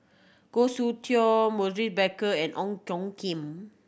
Goh Soon Tioe Maurice Baker and Ong Tjoe Kim